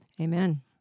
Amen